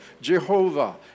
Jehovah